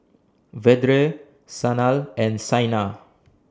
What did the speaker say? Vedre Sanal and Saina